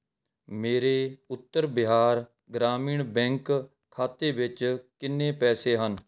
ਮੇਰੇ ਉੱਤਰ ਬਿਹਾਰ ਗ੍ਰਾਮੀਣ ਬੈਂਕ ਖਾਤੇ ਵਿੱਚ ਕਿੰਨੇ ਪੈਸੇ ਹਨ